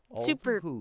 super